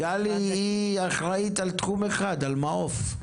גלי אחראית על תחום אחד, על מעו"ף.